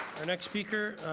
our next speaker